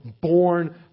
born